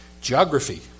Geography